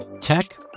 Tech